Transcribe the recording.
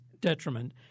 detriment